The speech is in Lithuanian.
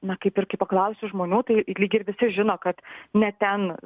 na kaip ir kai paklausiu žmonių tai lyg ir visi žino kad ne ten